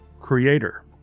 Creator